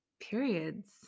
periods